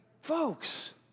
Folks